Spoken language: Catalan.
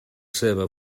seva